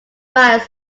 miles